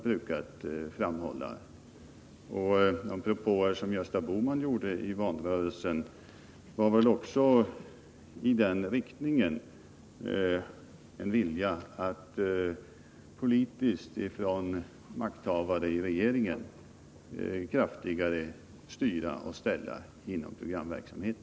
De propåer som Gösta Bohman gjorde under valrörelsen gick väl också i samma riktning, dvs. gav uttryck för en vilja hos makthavarna i regeringen att kraftigare styra och ställa inom programverksamheten.